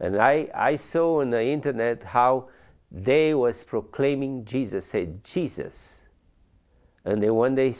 and i saw on the internet how they was proclaiming jesus said jesus and there when they